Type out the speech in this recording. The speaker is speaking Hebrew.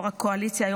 יו"ר הקואליציה,